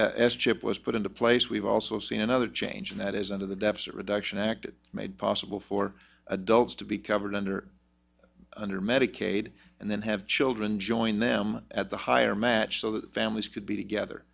as chip was put into place we've also seen another change that is under the deficit reduction act it made possible for adults to be covered under under medicaid and then have children join them at the higher match so that families could be together